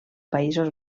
països